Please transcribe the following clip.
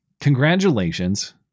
congratulations